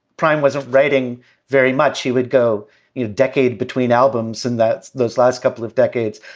prime wasn't writing very much. he would go in a decade between albums and that's those last couple of decades.